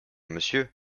monsieur